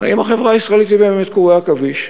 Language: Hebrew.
האם החברה הישראלית היא באמת קורי עכביש.